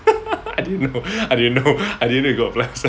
I didn't know I didn't know I didn't know you got apply